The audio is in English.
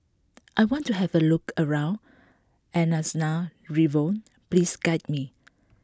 I want to have a look around Antananarivo please guide me